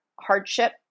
hardship